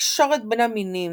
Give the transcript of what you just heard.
התקשורת בין המינים,